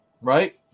right